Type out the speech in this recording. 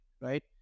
right